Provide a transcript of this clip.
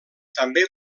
també